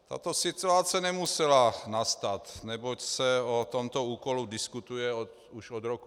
Tato situace nemusela nastat, neboť se o tomto úkolu diskutuje už od roku 2012.